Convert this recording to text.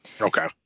Okay